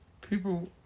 people